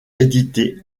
édité